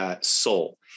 soul